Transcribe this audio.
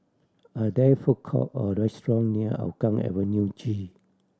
are there food court or restaurant near Hougang Avenue G